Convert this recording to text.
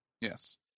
Yes